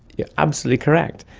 you're absolutely correct.